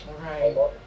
Right